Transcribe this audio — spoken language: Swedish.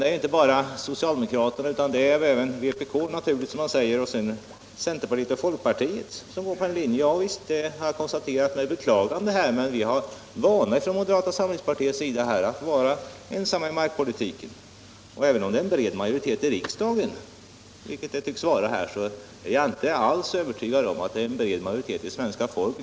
Det är inte bara socialdemokraterna, utan även vpk samt centerpartiet och folkpartiet. Ja visst, det har jag konstaterat med beklagande. Från moderata samlingspartiets sida har vi dock vana att stå ensamma när det gäller markpolitiken. Även om det finns en bred majoritet i riksdagen är jag dock inte alls övertygad om att förslaget har en bred majoritet hos svenska folket.